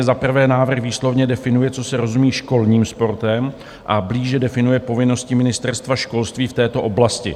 Za prvé, návrh výslovně definuje, co se rozumí školním sportem, a blíže definuje povinnosti Ministerstva školství v této oblasti.